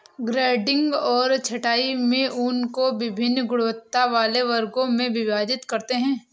grading और छँटाई में ऊन को वभिन्न गुणवत्ता वाले वर्गों में विभाजित करते हैं